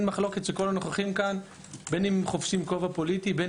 מחלוקת שכל הנוכחים כאן בין הם חובשים כובע פוליטי ובין